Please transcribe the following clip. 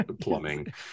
plumbing